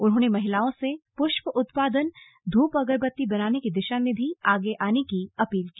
उन्होंने महिलाओं से पुष्प उत्पादन धूप अगरबत्ती बनाने की दिशा में भी आगे आने की अपील की